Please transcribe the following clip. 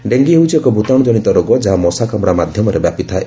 dengue ହେଉଛି ଏକ ଭୂତାଶୁଜନିତ ରୋଗ ଯାହା ମଶା କାମୁଡା ମାଧ୍ୟମରେ ବ୍ୟାପିଥାଏ